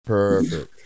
Perfect